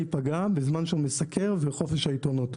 ייפגע בזמן שהוא מסקר וחופש העיתונות.